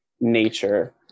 nature